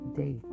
day